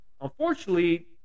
unfortunately